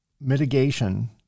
mitigation